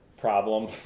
problem